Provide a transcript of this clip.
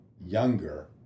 younger